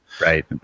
Right